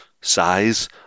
size